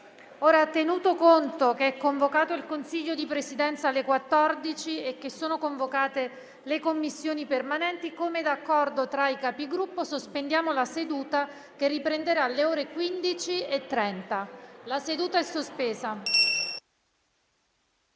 Tenuto conto che il Consiglio di Presidenza è convocato alle 14 e che sono convocate le Commissioni permanenti, come d'accordo tra i Capigruppo, sospendo la seduta che riprenderà alle ore 15,30. *(La seduta, sospesa